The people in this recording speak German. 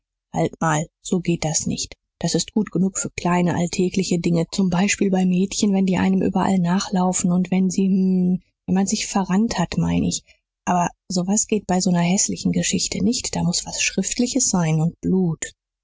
halt mal so geht's nicht das ist gut genug für kleine alltägliche dinge zum beispiel bei mädchen wenn die einem überall nachlaufen und wenn sie hm wenn man sich verrannt hat mein ich aber so was geht bei so ner häßlichen geschichte nicht da muß was schriftliches sein und blut